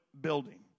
building